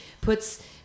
Puts